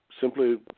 simply